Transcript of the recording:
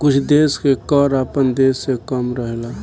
कुछ देश के कर आपना देश से कम रहेला